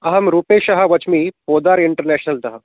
अहं रूपेशः वच्मि पोदार् इन्टर्नेषनल्तः